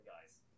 guys